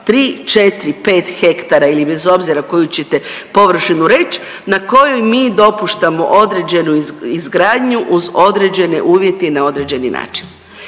3, 4, 5 hektara ili bez obzira koju ćete površinu reć, na kojoj mi dopuštamo određenu izgradnju uz određene uvjete i na određeni način.